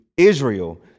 Israel